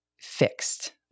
fixed